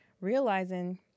realizing